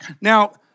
Now